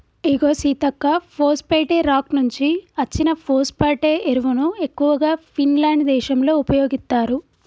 ఇగో సీతక్క పోస్ఫేటే రాక్ నుంచి అచ్చిన ఫోస్పటే ఎరువును ఎక్కువగా ఫిన్లాండ్ దేశంలో ఉపయోగిత్తారు